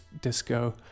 disco